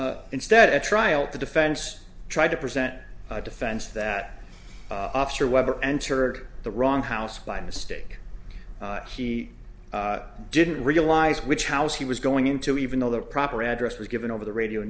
o instead of a trial the defense tried to present a defense that officer webber entered the wrong house by mistake he didn't realize which house he was going in to even though the proper address was given over the radio